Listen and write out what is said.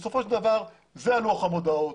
בסופו של דבר זה לוח המודעות.